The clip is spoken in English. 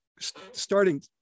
starting